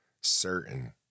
certain